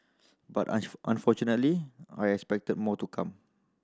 but unfortunately I expect more to come